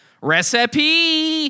Recipe